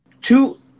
Two